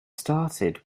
started